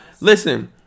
Listen